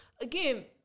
again